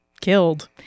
killed